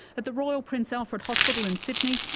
at the royal prince alfred hospital in sydney,